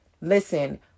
Listen